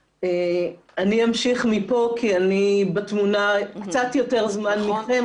אני אמשיך מכאן כי אני בתמונה קצת יותר זמן מחן,